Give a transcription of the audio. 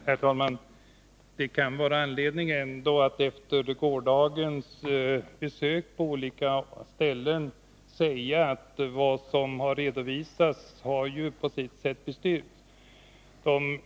Herr talman! Det kan ändå vara anledning att efter gårdagens besök på olika sådana ställen säga att vad som har redovisats på sitt sätt ju har bestyrkts.